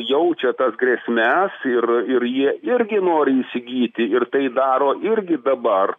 jaučia tas grėsmes ir ir jie irgi nori įsigyti ir tai daro irgi dabar